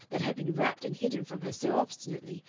that had been wrapped and hidden from her so obstinately,